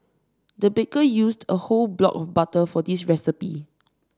the baker used a whole block of butter for this recipe